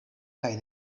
kaj